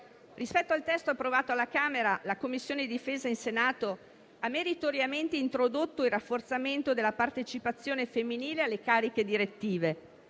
Rispetto al testo approvato dalla Camera dei deputati, la Commissione difesa del Senato ha meritoriamente introdotto il rafforzamento della partecipazione femminile alle cariche direttive,